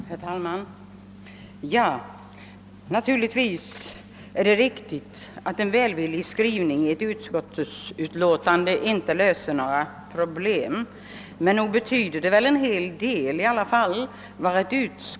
Herr talman! Naturligtvis är det riktigt att en välvillig skrivning i ett utskottsutlåtande inte löser några problem, men vad ett utskott skriver eller inte skriver betyder väl i alla fall en hel del.